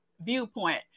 viewpoint